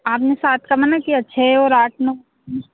आपने सात समय में किया छः और आठ नौ